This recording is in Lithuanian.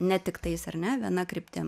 ne tiktais ar ne viena kryptim